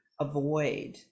avoid